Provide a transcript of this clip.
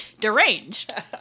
deranged